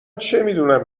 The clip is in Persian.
چمیدونم